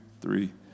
three